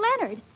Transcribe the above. Leonard